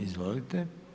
Izvolite.